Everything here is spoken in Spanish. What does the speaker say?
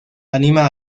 anima